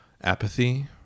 apathy